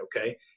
okay